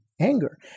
anger